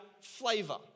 flavor